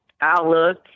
outlook